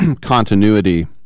continuity